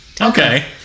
Okay